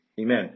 Amen